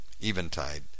eventide